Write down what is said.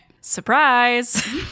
Surprise